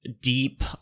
deep